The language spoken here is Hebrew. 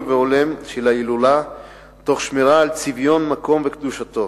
והולם של ההילולה תוך שמירה על צביון המקום וקדושתו.